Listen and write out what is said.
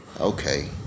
Okay